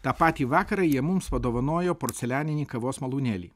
tą patį vakarą jie mums padovanojo porcelianinį kavos malūnėlį